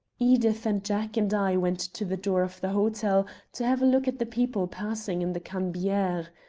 edith and jack and i went to the door of the hotel to have a look at the people passing in the cannebiere.